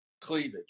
cleavage